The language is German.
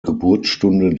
geburtsstunde